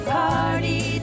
party